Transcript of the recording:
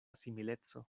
simileco